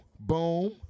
boom